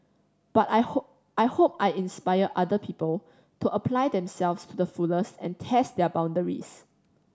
but I hope I hope I inspire other people to apply themselves to the fullest and test their boundaries